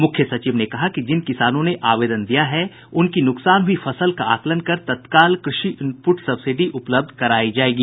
मुख्य सचिव ने कहा कि जिन किसानों ने आवेदन दिया है उनकी नुकसान हुई फसल का आकलन कर तत्काल कृषि इनपुट सब्सिडी उपलब्ध करायी जायेगी